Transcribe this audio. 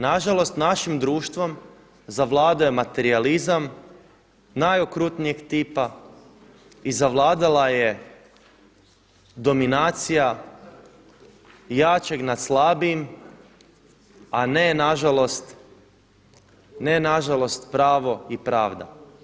Na žalost našim društvom zavladao je materijalizam najokrutnijeg tipa i zavladala je dominacija jačeg nad slabijim, a ne na žalost pravo i pravda.